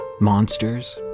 Monsters